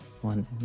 one